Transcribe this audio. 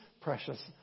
precious